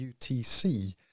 UTC